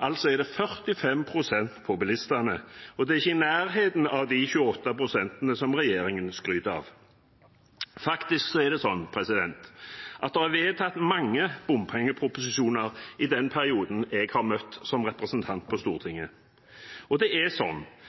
altså er det 45 pst. på bilistene. Og det er ikke i nærheten av de 28 pst. som regjeringen skryter av. Det er vedtatt mange bompengeproposisjoner i den perioden jeg har møtt som representant på Stortinget. Bompengeandelen er ikke like interessant for bilistene der ute som den totale bompengebelastningen de kjenner på. Og det er